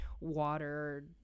water